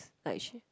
like she